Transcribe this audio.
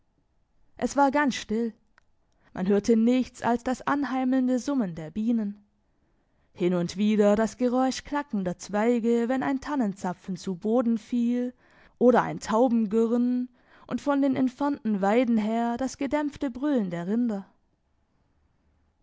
es war ganz still man hörte nichts als das anheimelnde summen der bienen hin und wieder das geräusch knackender zweige wenn ein tannenzapfen zu boden fiel oder ein taubengurren und von den entfernten weiden her das gedämpfte brüllen der rinder